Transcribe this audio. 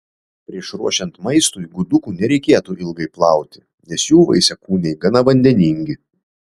prieš ruošiant maistui gudukų nereikėtų ilgai plauti nes jų vaisiakūniai gana vandeningi